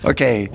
Okay